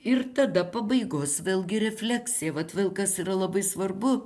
ir tada pabaigos vėlgi refleksija vat vėl kas yra labai svarbu